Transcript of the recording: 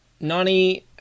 Nani